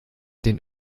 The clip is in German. den